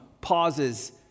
pauses